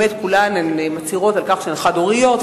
כולן מצהירות שהן חד-הוריות,